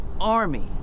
army